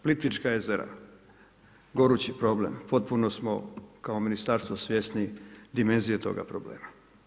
Plitvička jezera gorući problem, potpuno smo kao ministarstvo svjesni dimenzije toga problema.